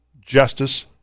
justice